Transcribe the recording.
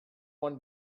won